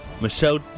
Michelle